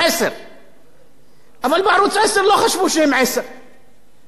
בערוץ-10 לא חשבו שהם 10. למרות זאת,